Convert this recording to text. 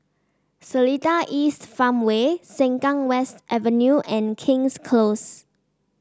Seletar East Farmway Sengkang West Avenue and King's Close